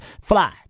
fly